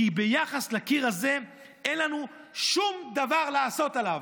כי ביחס לקיר הזה, אין לנו שום דבר לעשות עליו"